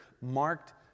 marked